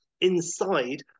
Inside